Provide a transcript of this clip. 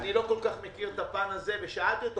כך מכיר את הפן הזה אבל דיברתי עם ינון אזולאי.